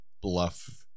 bluff